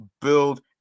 build